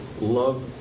love